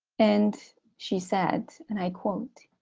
and she said, and i quote.